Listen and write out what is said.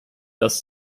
dass